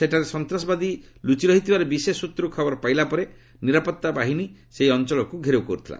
ସେଠାରେ ସନ୍ତାସବାଦୀ ଲୁଚି ରହିଥିବାର ବିଶେଷ ସୃତ୍ରରୁ ଖବର ପାଇଲା ପରେ ନିରାପତ୍ତା ବାହିନୀ ସେହି ଅଞ୍ଚଳକୁ ଘେରାଉ କରିଥିଲା